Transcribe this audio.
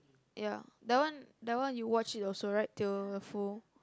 ya that one that one you watch it also right till full